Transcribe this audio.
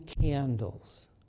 candles